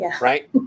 Right